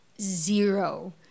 zero